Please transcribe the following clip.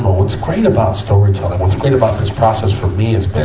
what's great about storytelling, what's great about this process for me has been